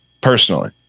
personally